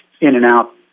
in-and-out